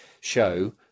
show